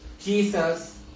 Jesus